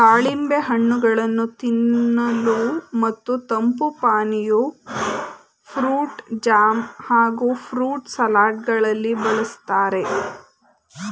ದಾಳಿಂಬೆ ಹಣ್ಣುಗಳನ್ನು ತಿನ್ನಲು ಮತ್ತು ತಂಪು ಪಾನೀಯ, ಫ್ರೂಟ್ ಜಾಮ್ ಹಾಗೂ ಫ್ರೂಟ್ ಸಲಡ್ ಗಳಲ್ಲಿ ಬಳ್ಸತ್ತರೆ